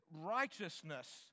righteousness